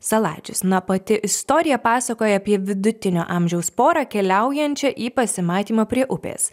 saladžius na pati istorija pasakoja apie vidutinio amžiaus porą keliaujančią į pasimatymą prie upės